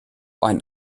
ein